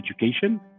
education